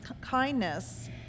kindness